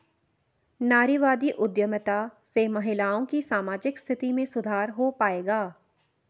नारीवादी उद्यमिता से महिलाओं की सामाजिक स्थिति में सुधार हो पाएगा?